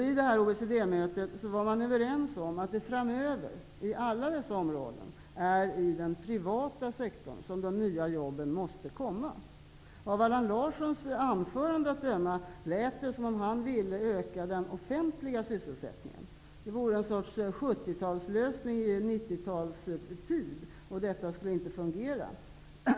Vid OECD-mötet var man överens om att det framöver i alla dessa områden är i den privata sektorn som de nya jobben måste komma. Av Allan Larssons anförande att döma vill han öka den offentliga sysselsättningen. Det vore en sorts 70-talslösning nu på 90-talet, och detta skulle inte fungera.